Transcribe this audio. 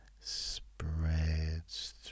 spreads